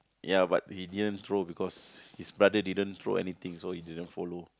ya but he didn't throw because his brother didn't throw anything so he didn't follow